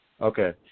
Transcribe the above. Okay